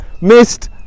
missed